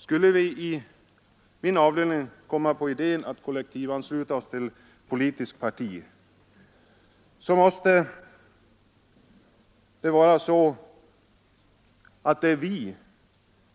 Skulle vi i avdelningen överväga att kollektivansluta oss till politiskt parti, måste det vara vi